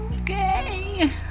Okay